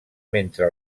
mentre